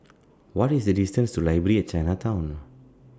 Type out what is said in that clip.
What IS The distance to Library At Chinatown